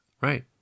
Right